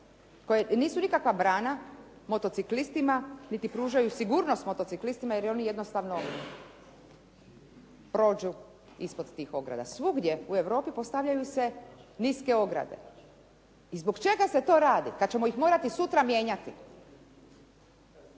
koje nisu nikakva brana motociklistima niti pružaju sigurnost motociklistima jer oni jednostavno prođu ispod tih ograda. Svugdje u Europi postavljaju se niske ograde. I zbog čega se to radi kad ćemo ih morati sutra mijenjati?